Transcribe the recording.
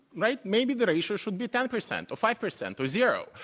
right, maybe the ratio should be ten percent or five percent or zero.